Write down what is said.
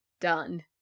done